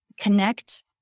connect